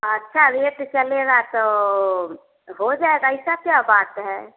अच्छा रेट चलेगा तो हो जाएगा ऐसा क्या बात है